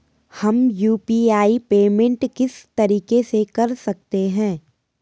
हम UPI payment किस तरीके से कर सकते हैं?